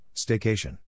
Staycation